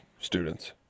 students